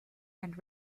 and